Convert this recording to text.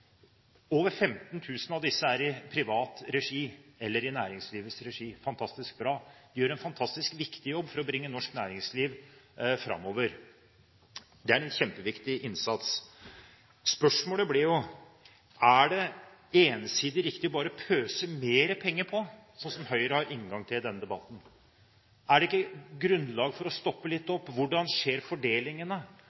Over 15 000 av disse er i privat regi eller i næringslivets regi. Det er fantastisk bra, man gjør en viktig jobb for å bringe norsk næringsliv framover. Det er en kjempeviktig innsats. Spørsmålet blir jo: Er det ensidig riktig bare å pøse på med mer penger, slik som Høyre har som inngang i denne debatten? Er det ikke grunnlag for å stoppe litt